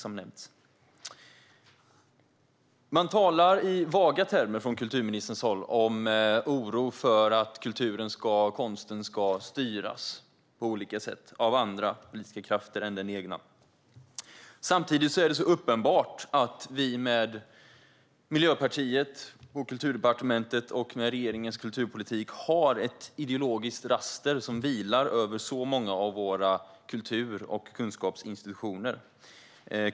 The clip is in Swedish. Kulturministern talar i vaga termer om oro för att kulturen och konsten ska styras på olika sätt av andra politiska krafter än den egna. Samtidigt är det uppenbart att vi med Miljöpartiet på Kulturdepartementet och regeringens kulturpolitik har ett ideologiskt raster som vilar över många av våra kultur och kunskapsinstitutioner.